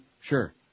Sure